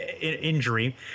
injury